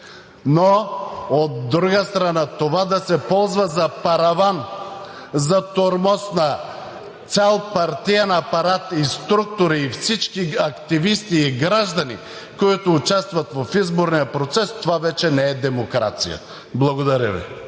Но, от друга страна, това да се ползва за параван, за тормоз на цял партиен апарат и структури и всички активисти и граждани, които участват в изборния процес, това вече не е демокрация. Благодаря Ви.